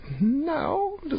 No